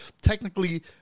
technically